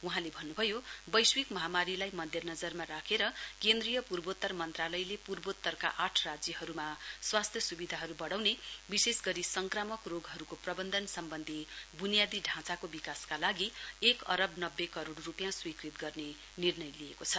वहाँले भन्नुभयो वैश्विक महामारीलाई मध्यनजरमा राखेर केन्द्रीय पूर्वोत्तर मन्त्रालयले पूर्वोत्तरका आठ राज्यहरूमा स्वास्थ्य सुविधाहरू बढाउने विशेष गरी संक्रमक रोगहरूको प्रबन्धन सम्बन्धी बुनियादी ढाँचाको विकासका लागि एक अरब नब्बे करोड रुपियाँ स्वीकृत गर्ने निर्णय लिएको छ